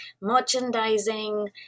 merchandising